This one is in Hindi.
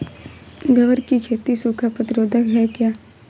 ग्वार की खेती सूखा प्रतीरोधक है क्या?